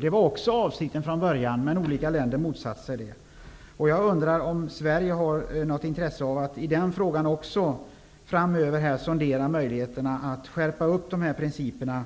Det var också avsikten från början, men olika länder motsatte sig det. Jag undrar om Sverige framöver har något intresse av att sondera möjligheterna för att skärpa upp dessa principer